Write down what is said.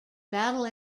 battle